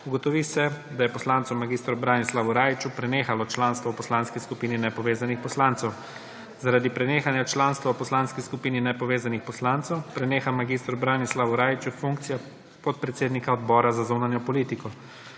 Ugotovi se, da je poslancu mag. Branislavu Rajiću prenehalo članstvo v Poslanski skupini nepovezanih poslancev. Zaradi prenehanja članstva v Poslanski skupini nepovezanih poslancev preneha mag. Branislavu Rajiću funkcija podpredsednika Odbora za zunanjo politiko.